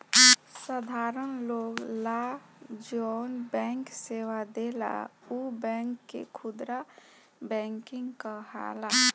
साधारण लोग ला जौन बैंक सेवा देला उ बैंक के खुदरा बैंकिंग कहाला